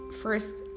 first